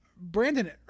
Brandon